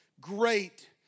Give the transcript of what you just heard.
great